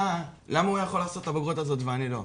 למה הוא יכול לעשות את הבגרות ואני לא?